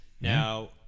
Now